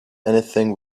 anything